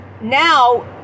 now